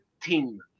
team